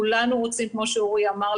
כפי שאורי אמר,